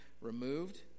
removed